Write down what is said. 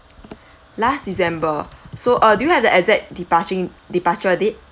last december so uh do you have the exact departing departure date